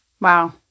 Wow